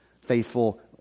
faithful